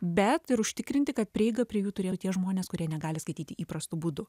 bet ir užtikrinti kad prieiga prie jų turėjo tie žmonės kurie negali skaityti įprastu būdu